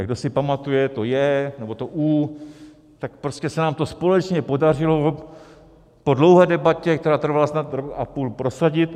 Kdo si pamatuje to J nebo to U, tak prostě se nám to společně podařilo po dlouhé debatě, která trvala snad rok a půl, prosadit.